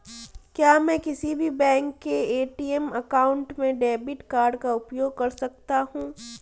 क्या मैं किसी भी बैंक के ए.टी.एम काउंटर में डेबिट कार्ड का उपयोग कर सकता हूं?